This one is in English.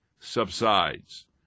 subsides